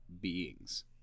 beings